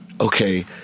okay